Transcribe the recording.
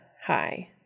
hi